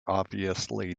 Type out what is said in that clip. obviously